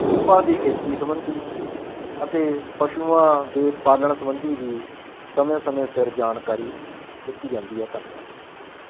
ਖੁੰਭਾਂ ਦੀ ਖੇਤੀ ਸੰਬੰਧੀ ਅਤੇ ਪਸ਼ੂਆਂ ਦੇ ਪਾਲਣ ਸੰਬੰਧੀ ਵੀ ਸਮੇਂ ਸਮੇਂ ਸਿਰ ਜਾਣਕਾਰੀ ਦਿੱਤੀ ਜਾਂਦੀ ਹੈ ਧੰਨਵਾਦ